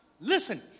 Listen